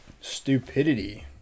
stupidity